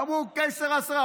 אמרו:que sera sera,